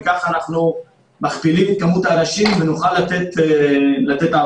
וכך אנחנו מכפילים את כמות האנשים ונוכל לתת הערכה.